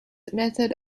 method